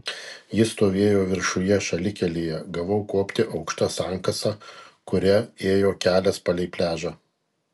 jis stovėjo viršuje šalikelėje gavau kopti aukšta sankasa kuria ėjo kelias palei pliažą